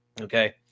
Okay